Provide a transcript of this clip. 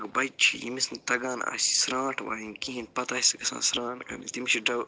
تہٕ اکھ بچہِ چھِ ییٚمِس نہٕ تگان آسہِ یہِ سرٛانٛٹھ وایِنۍ کِہیٖنۍ پتہٕ آسہِ سُہ گَژھان سرٛان کَرنہِ تٔمِس چھِ